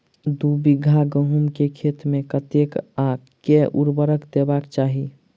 दु बीघा गहूम केँ खेत मे कतेक आ केँ उर्वरक देबाक चाहि?